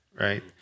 right